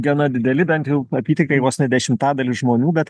gana dideli bent jau apytikriai vos ne dešimtadalis žmonių bet